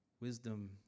wisdom